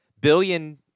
billion